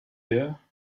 here